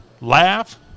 laugh